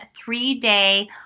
three-day